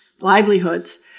livelihoods